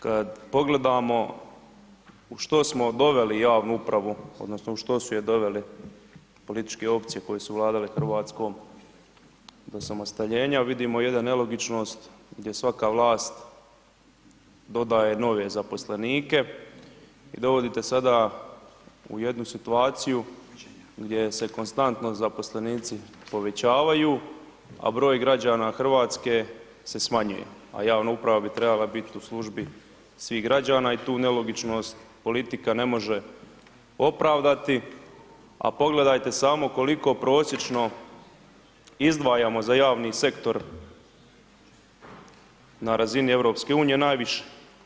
Kad pogledamo u što smo doveli javnu upravu, odnosno u što su je dovele političke opcije koje su vladale Hrvatskom do osamostaljenja vidimo jednu nelogičnost gdje svaka vlast dodaje nove zaposlenike i dovodite sada u jednu situaciju gdje se konstantno zaposlenici povećavaju a broj građana Hrvatske se smanjuje a javna uprava bi trebala biti u službi svih građana i tu nelogičnost politika ne može opravdati a pogledajte samo koliko prosječno izdvajamo za javni sektor na razini EU, najviše.